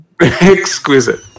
Exquisite